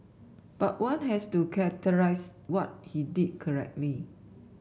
but one has to characterise what he did correctly